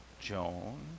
Joan